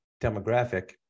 demographic